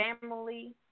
family